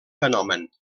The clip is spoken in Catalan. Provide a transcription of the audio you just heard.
fenomen